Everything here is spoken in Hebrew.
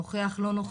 נוכח לא נוכח,